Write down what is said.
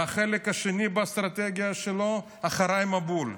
והחלק השני באסטרטגיה שלו, אחריי המבול.